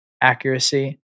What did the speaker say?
Accuracy